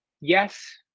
yes